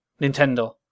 Nintendo